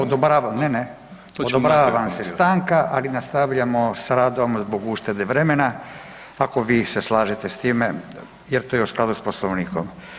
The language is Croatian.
Odobravam…… [[Upadica se ne razumije]] ne, ne, odobrava vam se stanka, ali nastavljamo s radom zbog uštede vremena ako vi se slažete s time jer to je u skladu s Poslovnikom.